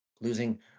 Losing